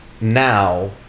now